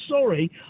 sorry